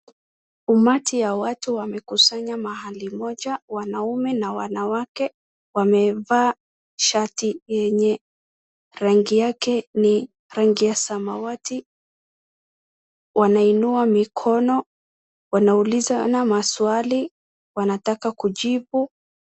Umati ya watu wamekusanya mahali moja wanaume na wanawake wamevaa shati yenye rangi yake ni rangi ya samawati ,wanainua mikono ,wanaulizana maswali ,wanataka kujibu.